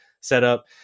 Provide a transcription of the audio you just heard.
setup